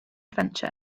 adventure